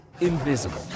invisible